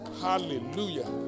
Hallelujah